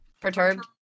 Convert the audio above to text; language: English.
Perturbed